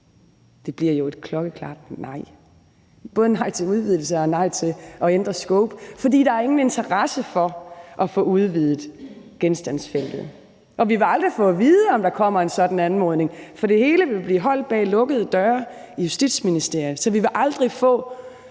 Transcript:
Det bliver jo et klokkeklart nej. Det bliver både et nej til udvidelse og et nej til at ændre scope, for der er ingen interesse for at få udvidet genstandsfeltet, og vi vil aldrig få at vide, om der kommer en sådan anmodning, for det hele vil blive holdt bag lukkede døre i Justitsministeriet. Så offentligheden vil aldrig få